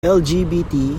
lgbt